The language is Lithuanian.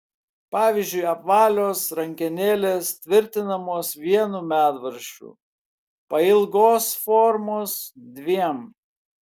pavyzdžiui apvalios rankenėlės tvirtinamos vienu medvaržčiu pailgos formos dviem